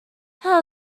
how